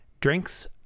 drinks